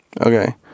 Okay